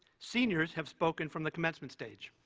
seniors have spoken from the commencement stage.